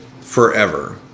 forever